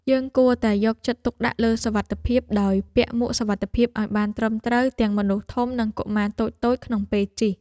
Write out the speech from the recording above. យើងគួរតែយកចិត្តទុកដាក់លើសុវត្ថិភាពដោយពាក់មួកសុវត្ថិភាពឱ្យបានត្រឹមត្រូវទាំងមនុស្សធំនិងកុមារតូចៗក្នុងពេលជិះ។